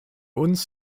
uns